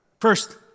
First